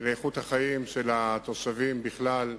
לאיכות החיים של התושבים בכלל,